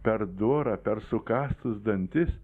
per dorą per sukąstus dantis